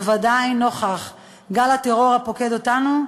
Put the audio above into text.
בוודאי נוכח גל הטרור הפוקד אותנו,